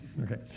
Okay